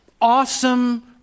awesome